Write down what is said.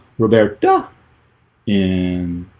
roberta and